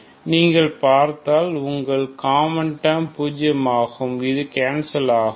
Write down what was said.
நீங்கள் பார்த்தால் உங்கள் காமன் டேர்ம் பூஜியம் ஆகும் இது கேன்சல் ஆகிவிடும்